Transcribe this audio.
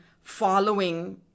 following